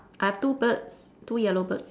uh two birds two yellow bird